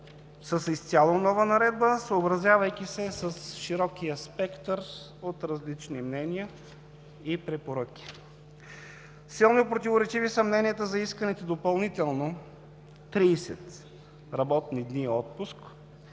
с изцяло нова наредба, съобразявайки се с широкия спектър от различни мнения и препоръки. Силно противоречиви са мненията за исканите допълнително 30 работни дни отпуск